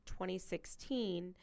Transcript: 2016